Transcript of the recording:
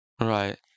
Right